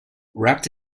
wrapped